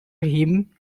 him